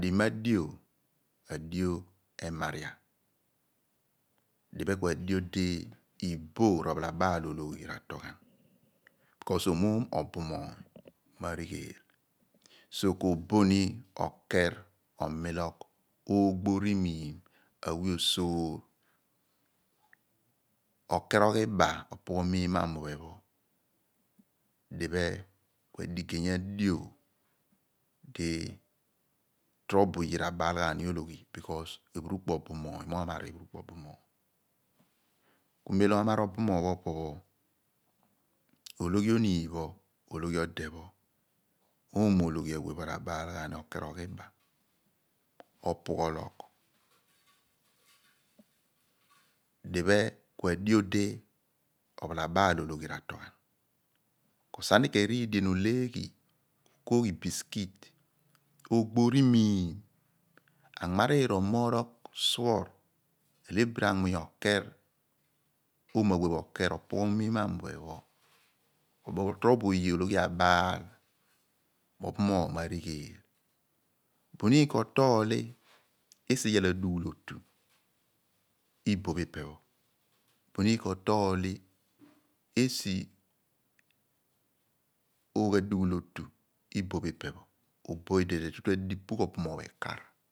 Adima adio po adio emaria, dighe ku adio di aboh r'ophalabaal ologhi ratol ghan loor esi di omoom obumoony m'arigheel ku k'oboh ni, oker, opughel obile oogb r'miim okerogh iba opughol rimiim mo amuphe pho diphe ku adigeeny adio di torobo oye r'abaal ghan ni ologhi loor esi di mo marr ephumpu obumoony ku mem di omar obumoony pho po pho ologhi ooniim pho, ologhi ode pho, ologhi atorobo oye pho r'abaal ghen ni ku awe pho okerugh iba opulugh. Ko sa ni ken riidien oleeghi okooghi akikia ra arimiim anmariir omoorogh suor alephiri anmuny okerr oomo awe pho okar opughol miim mo amuphe pho loor esi torobo oye pho ologhi abaal mo omoom obumoony m'arigheel buniin k'otol a esi ujal adughul otu iboh pho ipe pho buniin ko tooli oogh asi dughul oboh iboh pho ipe pho tu tu adipugh obumoony ekar.